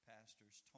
Pastors